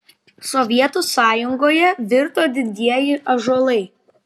sovietų sąjungoje virto didieji ąžuolai